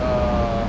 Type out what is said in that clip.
err